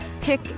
pick